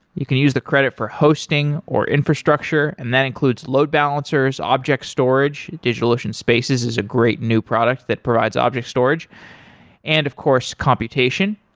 you can use the credit for hosting, or infrastructure and that includes load balancers, object storage digitalocean spaces is a great new product that provides object storage and of course, computation.